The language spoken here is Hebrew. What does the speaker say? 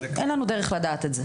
אין לנו דרך לדעת את זה.